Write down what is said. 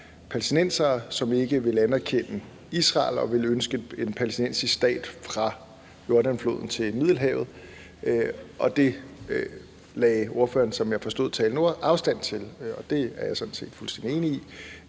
palæstinensere, som ikke ville anerkende Israel og ville ønske en palæstinensisk stat fra Jordanfloden til Middelhavet. Og det lagde ordføreren, som jeg forstod talen nu, afstand til. Og det er jeg sådan set fuldstændig enig i.